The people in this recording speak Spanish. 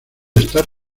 estar